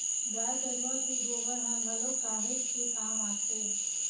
गाय गरुवा के गोबर ह घलोक काहेच के काम आथे